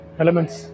elements